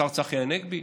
השר צחי הנגבי,